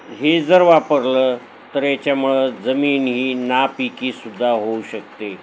हे जर वापरलं तर याच्यामुळं जमीन ही नापिकसुद्धा होऊ शकते